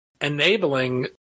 enabling